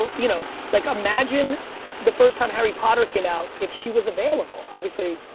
um you know like imagine the first time harry potter came out if she was available. obviously,